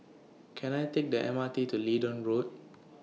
Can I Take The M R T to Leedon Road